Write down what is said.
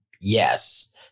Yes